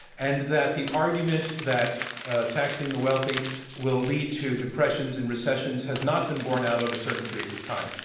and that the argument that taxing the wealthy will lead to depressions and recessions has not been borne out over certain periods of time.